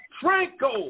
Franco